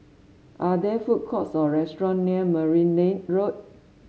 are there food courts or restaurants near Merryn Road